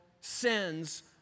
sins